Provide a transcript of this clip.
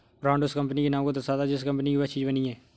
brand उस company के नाम को दर्शाता है जिस कंपनी की वह चीज बनी है